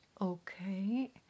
Okay